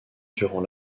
durant